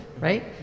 right